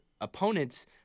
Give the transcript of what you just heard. opponents